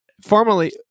Formally